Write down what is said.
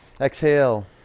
Exhale